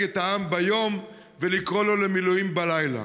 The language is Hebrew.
את העם ביום ולקרוא לו למילואים בלילה.